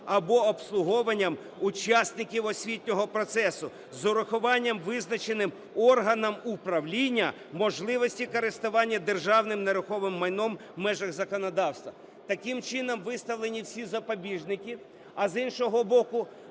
або обслуговуванням учасників освітнього процесу з урахуванням визначеним органом управління можливості користування державним нерухомим майном в межах законодавства". Таким чином, виставлені всі запобіжники. А з іншого боку,